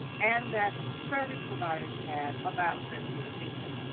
and that service providers had about transgender people.